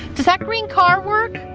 does that green car work?